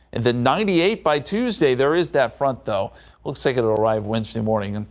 the ninety eight by tuesday there is that front though looks like it arrive wednesday morning. and